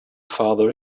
father